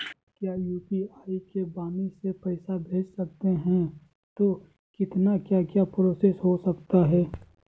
क्या यू.पी.आई से वाणी से पैसा भेज सकते हैं तो कितना क्या क्या प्रोसेस हो सकता है?